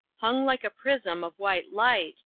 hung like a prism of white light,